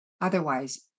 Otherwise